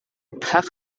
pack